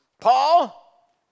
Paul